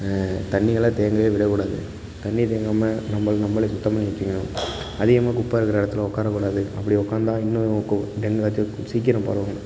தண்ணியெல்லாம் தேங்கவே விடக்கூடாது தண்ணீர் தேங்காமல் நம்ம நம்மளே சுத்தம் பண்ணி வச்சிக்கணும் அதிகமாக குப்பை இருக்கிற இடத்துல உட்கார கூடாது அப்படி உட்காந்தா இன்னும் கு டெங்கு காய்ச்சல் சீக்கிரம் பரவும்